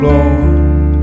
Lord